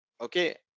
okay